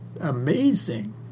amazing